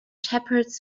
shepherds